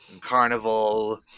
Carnival